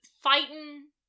fighting